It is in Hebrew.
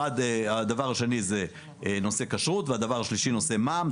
הדבר השני זה נושא כשרות והדבר השלישי זה נושא המע"מ.